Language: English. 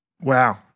Wow